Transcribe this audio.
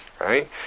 right